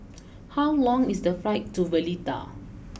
how long is the flight to Valletta